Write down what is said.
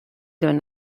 d’un